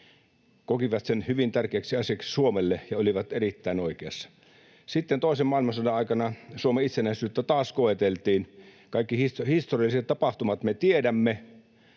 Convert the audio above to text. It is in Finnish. kokivat sen hyvin tärkeäksi asiaksi Suomelle ja olivat erittäin oikeassa. Sitten toisen maailmansodan aikana Suomen itsenäisyyttä taas koeteltiin. Kaikki historialliset tapahtumat me tiedämme.